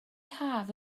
haf